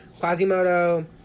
Quasimodo